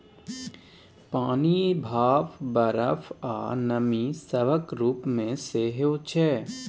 पानि, भाप, बरफ, आ नमी सभक रूप मे सेहो छै